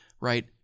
right